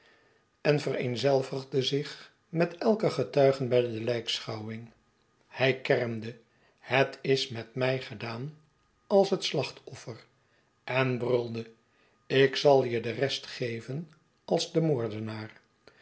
en vereenzelvigde zich met elken getuige bij de lykschouwing hij kermde het is met mij gedaan als het siach toiler en brulde ik zai je de rest geven ais de moordenaar